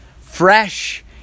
Fresh